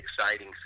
exciting